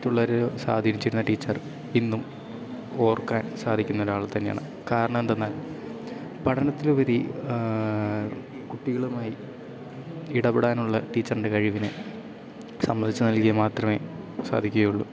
മറ്റുള്ളവരെ സ്വാധീനിച്ചിരുന്ന ടീച്ചർ ഇന്നും ഓർക്കാൻ സാധിക്കുന്നൊരാൾ തന്നെയാണ് കാരണമെന്തെന്നാൽ പഠനത്തിലുപരി കുട്ടികളുമായി ഇടപെടാനുള്ള ടീച്ചറിൻ്റെ കഴിവിനെ സമ്മതിച്ചു നൽകുക മാത്രമേ സാധിക്കുകയുള്ളൂ